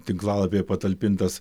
tinklalapyje patalpintas